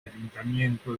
ayuntamiento